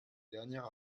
dernière